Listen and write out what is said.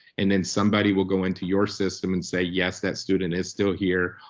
and then somebody will go into your system and say, yes, that student is still here,